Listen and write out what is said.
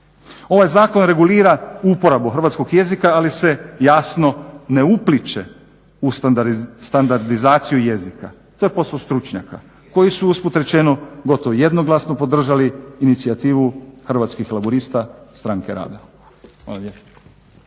Ovaj zakon regulira uporabu hrvatskog jezika, ali se jasno ne upliće u standardizaciju jezika. To je posao stručnjaka koji su usput rečeno gotovo jednoglasno podržali inicijativu Hrvatskih laburista stranke rada.